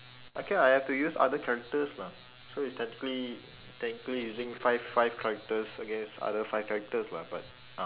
okay lah I have to use other characters lah so it's technically technically using five five characters against other five characters lah but uh